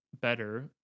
better